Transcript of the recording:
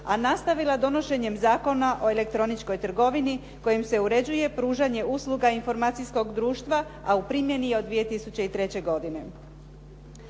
a nastavila donošenjem Zakona o elektroničkoj trgovini kojim se uređuje pružanje usluga informacijskog društva a u primjeni je od 2003. godine.